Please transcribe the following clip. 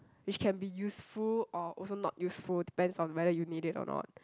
which can be useful or also not useful depends on whether you need it or not